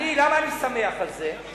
למה אני שמח על זה?